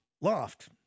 loft